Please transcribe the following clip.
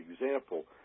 example